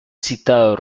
citado